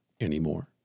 anymore